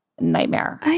Nightmare